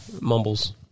Mumbles